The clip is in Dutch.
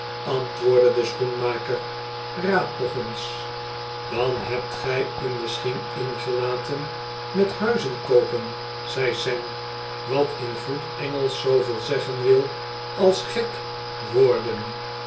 antwoordde de schoenmaker raad nog eens dan hebt gij u misschien ingelaten met huizen kobpen zei sam wat in goed engelsch zooveel zeggen wil als gek worden